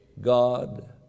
God